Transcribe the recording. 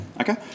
Okay